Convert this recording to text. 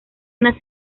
una